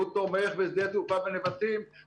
הוא תומך בשדה תעופה בנבטים,